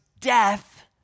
death